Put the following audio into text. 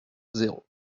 zéro